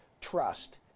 trust